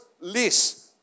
list